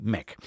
Mac